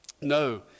No